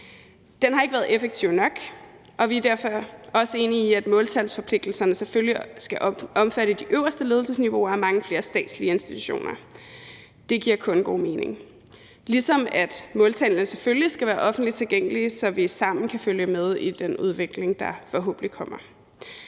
Den har ikke været effektiv nok, og vi er derfor også enige i, at måltalsforpligtelserne selvfølgelig skal omfatte de øverste ledelsesniveauer og mange flere statslige institutioner – det giver kun god mening – ligesom at måltallene selvfølgelig skal være offentligt tilgængelige, så vi sammen kan følge med i den udvikling, der forhåbentlig kommer.